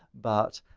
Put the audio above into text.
but,